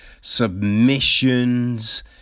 submissions